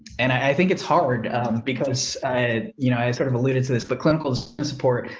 and i think it's hard because i, you know i sort of alluded to this, but clinical support.